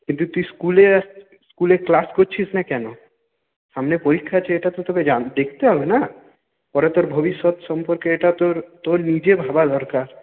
কিন্তু তুই স্কুলে আস স্কুলে ক্লাস করছিস না কেন সামনে পরীক্ষা আছে এটা তো তোকে জান দেকতে হবে না পরে তোর ভবিষ্যৎ সম্পর্কে এটা তোর তোর নিজে ভাবা দরকার